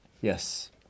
Yes